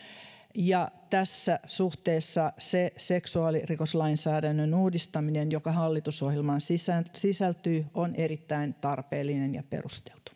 ja tässä suhteessa se seksuaalirikoslainsäädännön uudistaminen joka hallitusohjelmaan sisältyy sisältyy on erittäin tarpeellinen ja perusteltu